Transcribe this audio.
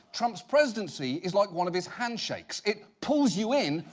trump's presidency is like one of his handshakes. it pulls you in,